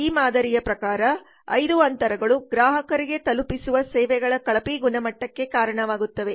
ಈ ಮಾದರಿಯ ಪ್ರಕಾರ 5 ಅಂತರಗಳು ಗ್ರಾಹಕರಿಗೆ ತಲುಪಿಸುವ ಸೇವೆಗಳ ಕಳಪೆ ಗುಣಮಟ್ಟಕ್ಕೆ ಕಾರಣವಾಗುತ್ತವೆ